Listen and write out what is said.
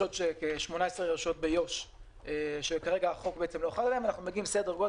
יש עוד כ-18 רשויות ביו"ש שהחוק לא חל עליהם כרגע,